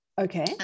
Okay